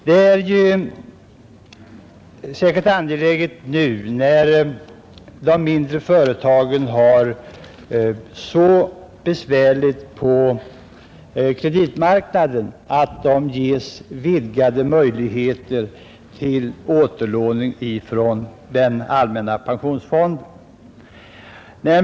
Det är säkert angeläget nu, när de mindre företagen har så besvärligt på kreditmarknaden, att de ges vidgade möjligheter till återlån från den allmänna pensionsfonden.